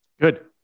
Good